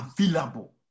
available